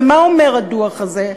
ומה אומר הדוח הזה?